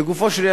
לגופו של עניין,